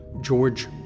George